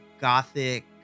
gothic